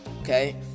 Okay